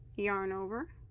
yarn over